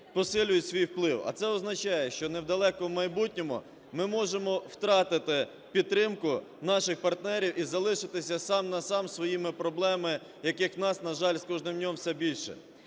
посилюють свій вплив. А це означає, що не в далекому майбутньому ми можемо втратити підтримку наших партнерів і залишитися сам на сам зі своїми проблемами, яких у нас, на жаль, з кожним днем все більше.